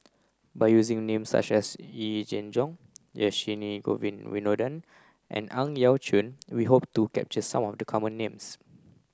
by using names such as Yee Jenn Jong Dhershini Govin Winodan and Ang Yau Choon we hope to capture some of the common names